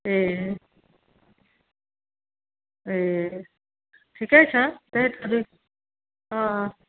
ए ए ठिकै छ त्यही त अलिक अँ